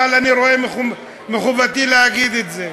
אבל מחובתי להגיד את זה.